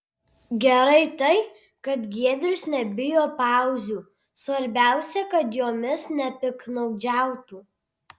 gerai tai kad giedrius nebijo pauzių svarbiausia kad jomis nepiktnaudžiautų